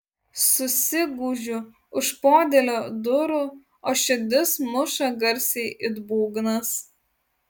susigūžiu už podėlio durų o širdis muša garsiai it būgnas